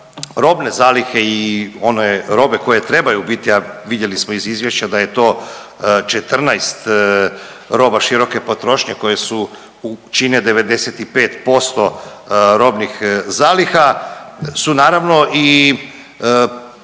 robne zalihe i one robe koje trebaju biti, a vidjeli smo iz izvješća da je to 14 roba široke potrošnje koje su, čine 95% robnih zaliha, su naravno i